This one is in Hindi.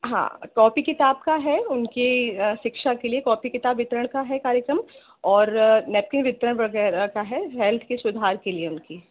हाँ कॉपी किताब का है उनकी शिक्षा के लिए कॉपी किताब वितरण का है कार्यक्रम और नैपकिन वितरण वगैरह का है हेल्थ की सुधार के लिए उनकी